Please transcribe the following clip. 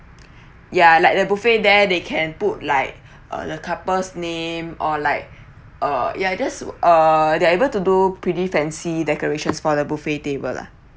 ya like the buffet there they can put like uh the couple's name or like uh ya it just uh they're able to do pretty fancy decorations for the buffet table lah